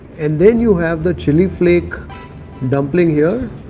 and then you have the chilli flake dumpling here.